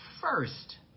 first